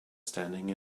standing